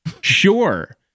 Sure